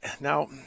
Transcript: Now